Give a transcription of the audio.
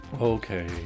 Okay